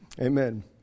Amen